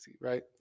right